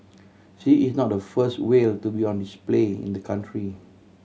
she is not the first whale to be on display in the country